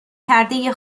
کرده